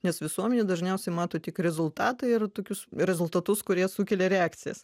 nes visuomenė dažniausiai mato tik rezultatą ir tokius rezultatus kurie sukelia reakcijas